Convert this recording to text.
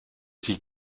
sich